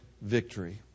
victory